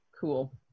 Cool